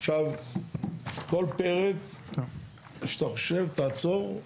עכשיו, כל פרק שאתה חושב תעצור.